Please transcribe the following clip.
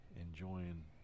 enjoying